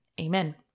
Amen